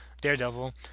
Daredevil